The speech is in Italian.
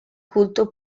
culto